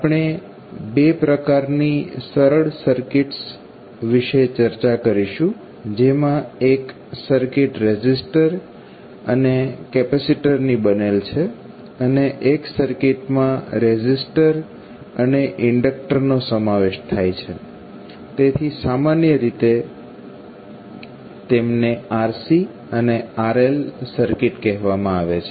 આપણે બે પ્રકારની સરળ સર્કિટ્સ વિશે ચર્ચા કરીશું જેમાં એક સર્કિટ રેઝિસ્ટર અને કેપેસીટર ની બનેલ છે અને એક સર્કિટમાં રેઝિસ્ટર અને ઇન્ડક્ટર નો સમાવેશ થાય છે તેથી સામાન્ય રીતે તેમને RC અને RL સર્કિટ કહેવામાં આવે છે